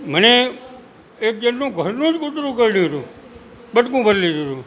મને એક જણનું ઘરનું જ કૂતરું કરડ્યું હતું બટકું ભરી લીધું હતું